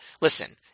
listen